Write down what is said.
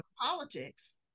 politics